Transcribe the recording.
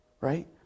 Right